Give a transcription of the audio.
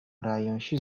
რაიონში